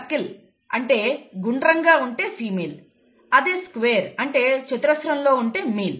circle అంటే గుండ్రంగా ఉంటే ఫిమేల్ అదే స్క్వేర్ అంటే చతురస్రరంలో ఉంటే మేల్